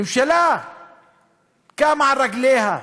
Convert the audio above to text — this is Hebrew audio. הממשלה קמה על רגליה,